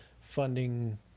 funding